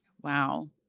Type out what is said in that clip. Wow